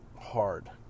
hard